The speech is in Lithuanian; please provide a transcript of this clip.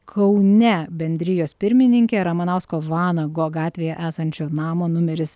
kaune bendrijos pirmininkė ramanausko vanago gatvėje esančio namo numeris